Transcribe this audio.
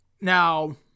Now